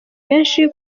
benshi